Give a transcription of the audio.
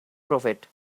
prophet